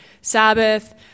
Sabbath